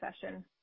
session